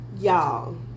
Y'all